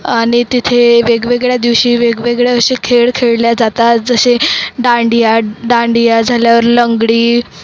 आणि तिथे वेगवेगळ्या दिवशी वेगवेगळे असे खेळ खेळले जातात जसे डांडिया दांडिया झाल्यावर लंगडी